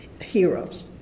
heroes